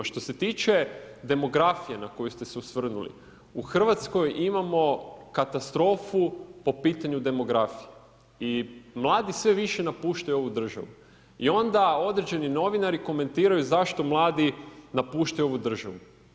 Što se tiče demografije na koju ste se osvrnuli, u Hrvatskoj imamo katastrofu po pitanju demografije i mladi sve više napuštaju ovu državu i onda određeni novinari komentiraju zašto mladi napuštaju ovu državu.